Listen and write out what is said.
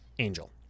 Angel